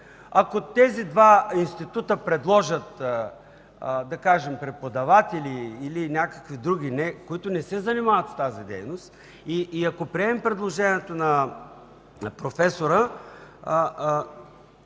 Ако тези два института предложат примерно преподаватели или други хора, които не се занимават с тази дейност, и ако приемем предложението на професора